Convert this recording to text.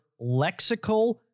lexical